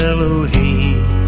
Elohim